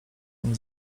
nim